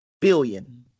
billion